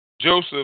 Joseph